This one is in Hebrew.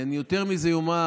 יותר מזה, אני אומר